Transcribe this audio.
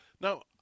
Now